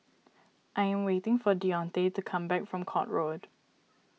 I am waiting for Deonte to come back from Court Road